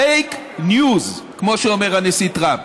פייק ניוז, כמו שאומר הנשיא טראמפ.